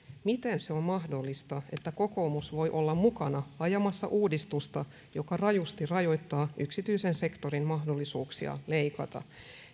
miten on mahdollista että kokoomus voi olla mukana ajamassa uudistusta joka rajusti rajoittaa yksityisen sektorin mahdollisuuksia leikata